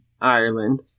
Ireland